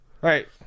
Right